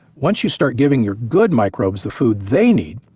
once you start giving your good microbes the food they need,